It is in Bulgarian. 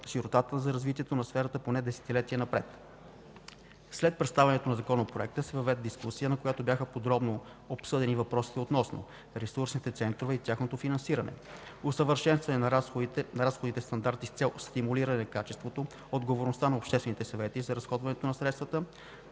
широтата за развитието на сферата поне десетилетия напред. След представянето на Законопроекта се проведе дискусия, на която бяха подробно обсъдени въпросите относно: ресурсните центрове и тяхното финансиране; усъвършенстване на разходните стандарти с цел стимулиране качеството, отговорността на обществените съвети за разходването на средствата,